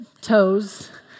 toes